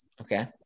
Okay